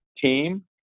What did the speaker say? team